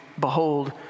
behold